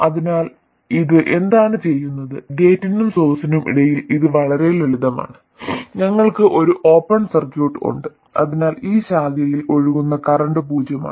അതിനാൽ ഇത് എന്താണ് ചെയ്യുന്നത് ഗേറ്റിനും സോഴ്സിനും ഇടയിൽ ഇത് വളരെ ലളിതമാണ് ഞങ്ങൾക്ക് ഒരു ഓപ്പൺ സർക്യൂട്ട് ഉണ്ട് അതിനാൽ ഈ ശാഖയിൽ ഒഴുകുന്ന കറന്റ് പൂജ്യമാണ്